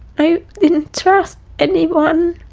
i didn't trust anyone.